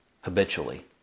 habitually